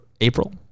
April